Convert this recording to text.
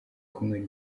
kunywera